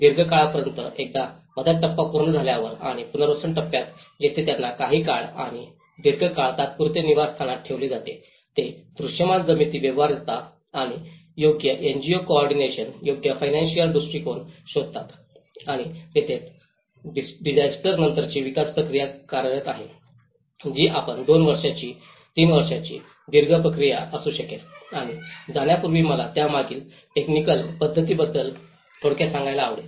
दीर्घकाळापर्यंत एकदा मदत टप्पा पूर्ण झाल्यावर आणि पुनर्वसन टप्प्यात जेथे त्यांना काही काळ आणि दीर्घकाळ तात्पुरते निवासस्थानात ठेवले जाते ते दृश्यमान जमीन व्यवहार्यता आणि योग्य एनजीओ कोऑर्डिनेशन योग्य फीनंसिअल दृष्टिकोन शोधतात आणि तिथेच डिसास्टर नंतरची विकास प्रक्रिया कार्यरत आहे जी आपण दोन वर्षांची तीन वर्षांची दीर्घ प्रक्रिया असू शकेल आणि जाण्यापूर्वी मला त्यामागील टेकनिक बाबींबद्दल थोडक्यात सांगायला आवडेल